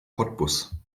cottbus